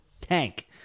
tank